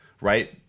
right